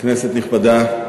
כנסת נכבדה,